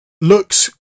looks